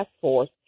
force